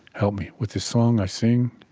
help me. with the song i sing,